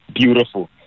beautiful